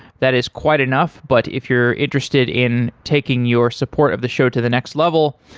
that is quite enough, but if you're interested in taking your support of the show to the next level,